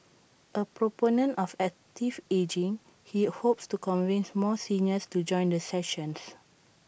A proponent of active ageing he hopes to convince more seniors to join the sessions